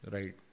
Right